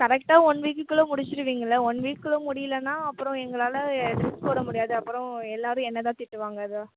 கரெக்ட்டாக one week குள்ளே முடிச்சுடுவிங்கள ஒன் வீக் குள்ளே முடியலைனா அப்புறம் எங்களால் டிரஸ் போட முடியாது அப்புறம் எல்லாேரும் என்னைதான் திட்டுவாங்க அதுதான்